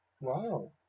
Wow